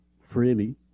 freely